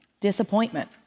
Disappointment